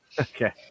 Okay